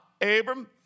Abram